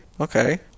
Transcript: Okay